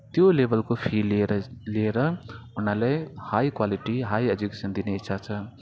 त्यो लेभेलको फी लिएर लिएर उनीहरूलाई हाई क्वालिटी हाई एजुकेसन दिने इच्छा छ